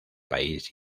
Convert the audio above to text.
país